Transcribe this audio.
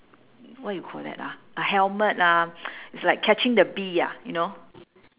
what you call that ah a helmet ah it's like catching the bee ah you know